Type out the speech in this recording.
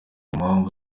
mpamvu